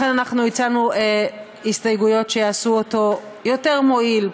לכן הצענו הסתייגויות שיעשו אותו יותר מועיל,